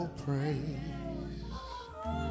praise